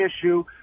issue